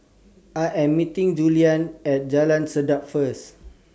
I Am meeting Juliann At Jalan Sedap First